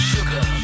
Sugar